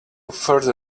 further